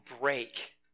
break